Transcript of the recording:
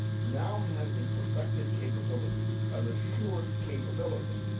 now has the prospective capability, an assured capability